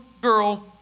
girl